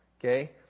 Okay